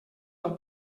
del